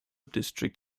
district